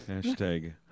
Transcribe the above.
Hashtag